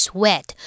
Sweat